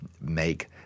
make